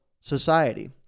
society